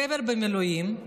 הגבר במילואים,